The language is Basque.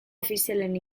ofizialen